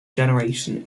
generation